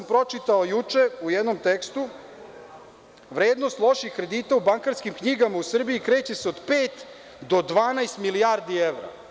Pročitao sam juče u jednom tekstu, vrednost loših kredita u bankarskim knjigama u Srbiji kreće se od pet do 12 milijardi evra.